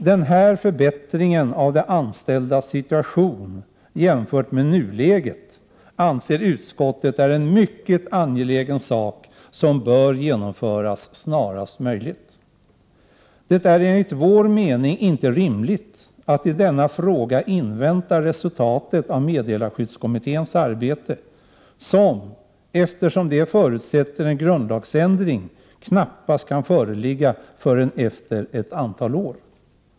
Den här förbättringen av de anställdas situation jämfört med nuläget anser utskottet vara mycket angelägen och bör genomföras snarast möjligt. Det är enligt vår mening inte rimligt att i denna fråga invänta resultatet av meddelarskyddskommittén arbete, som, eftersom det förutsätter en grundlagsändring, knappast kan föreligga förrän efter ett antal år.